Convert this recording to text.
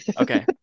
okay